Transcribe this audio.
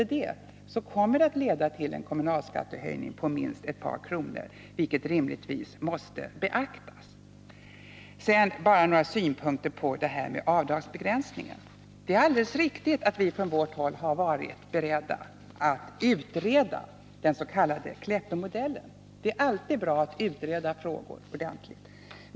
Får de inte det, kommer det att leda till en kommunalskattehöjning på minst ett par kronor, vilket rimligtvis måste beaktas. Sedan bara några synpunkter på avdragsbegränsningarna. Det är alldeles riktigt att vi från vårt håll har varit beredda att utreda den s.k. Kleppemodellen. Det är alltid bra att utreda frågor ordentligt.